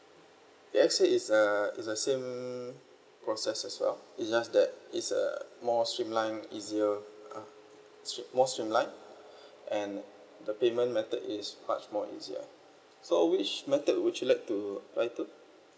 did I say it's uh it's the same process as well it's just that it's a more streamline easier uh str~ uh more streamline and the payment method is much more easier so which method would you like to buy to